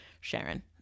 Sharon